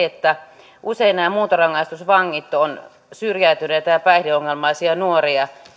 että usein nämä muuntorangaistusvangit ovat syrjäytyneitä ja päihdeongelmaisia nuoria